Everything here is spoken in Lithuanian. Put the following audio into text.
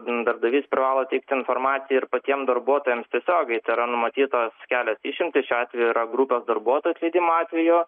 darbdavys privalo teikti informaciją ir patiem darbuotojam tiesiogiai tai yra numatytos kelios išimtys šiuo atveju yra grupė darbuotojų atleidimo atveju